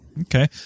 Okay